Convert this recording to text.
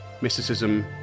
mysticism